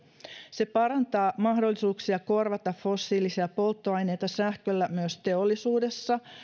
se parantaa mahdollisuuksia korvata fossiilisia polttoaineita sähköllä myös teollisuudessa